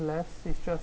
less it's just